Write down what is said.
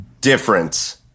difference